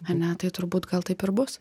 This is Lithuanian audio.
ane tai turbūt gal taip ir bus